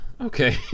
okay